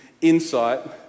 insight